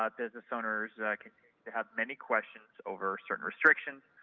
ah business owners have many questions over certain restrictions.